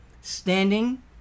standing